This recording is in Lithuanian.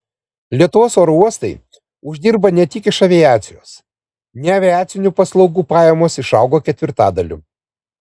lietuvos oro uostai uždirba ne tik iš aviacijos neaviacinių paslaugų pajamos išaugo ketvirtadaliu